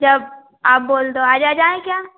जब आप बोल दो आज आ जाएँ क्या